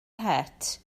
het